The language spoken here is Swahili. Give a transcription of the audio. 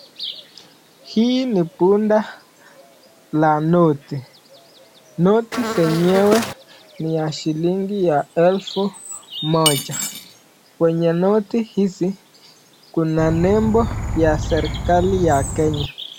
Hii ni punde la noti, noti zenyewe ni ya shilĩngi ya elfu moja, kwenye noti hizi kuna leble ya serekali ya Kenya.